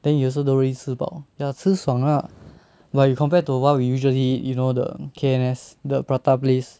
then you also don't really 吃饱 ya 吃爽 lah but you compared to what we usually eat you know the K_M s the prata place